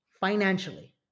financially